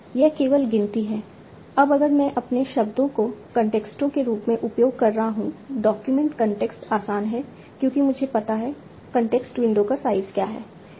यह केवल गिनती है अब अगर मैं अपने शब्दों को कॉन्टेक्स्टों के रूप में उपयोग कर रहा हूं डॉक्यूमेंट कॉन्टेक्स्ट आसान हैं क्योंकि मुझे पता है कॉन्टेक्स्ट विंडो का साइज़ क्या है